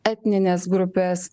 etnines grupės